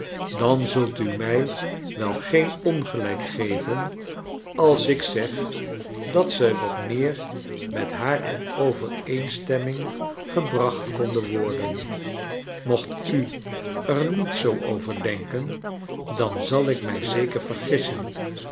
dan zult u mij wel geen ongelijk geveii als ik zeg dat ze wat meer met haar in overeenstemming gebracht konden worden mocht u er niet zoo over denken dan zal ik mij zeker vergissen